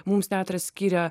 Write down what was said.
mums teatras skiria